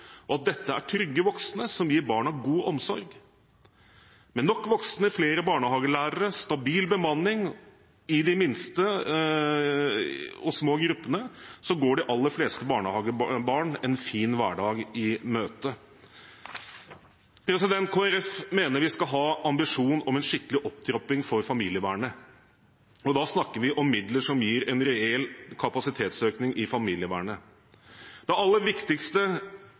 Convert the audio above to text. og at dette er trygge voksne som gir barna god omsorg. Med nok voksne, flere barnehagelærere, stabil bemanning og de minste i små grupper går de aller fleste barnehagebarn en fin hverdag i møte. Kristelig Folkeparti mener vi skal ha ambisjon om en skikkelig opptrapping for familievernet, og da snakker vi om midler som gir en reell kapasitetsøkning i familievernet. Det aller viktigste